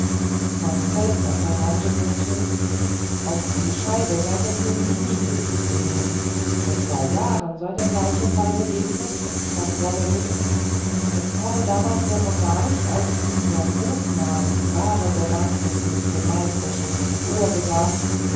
mein feldmesser raunte mir zu auf die scheibe sei der könig nie glücklich gewesen vor zwei jahren sei der gleiche fall begegnet und man wolle wissen es habe damals der monarch als ihm sein hofnarr die wahre bewandtnis mit dem meisterschuß ins ohr gesagt